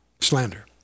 Slander